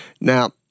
Now